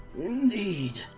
Indeed